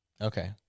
Okay